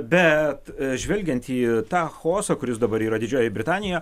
bet žvelgiant į tą chaosą kuris dabar yra didžioji britanija